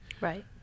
Right